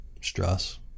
Stress